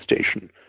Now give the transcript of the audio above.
station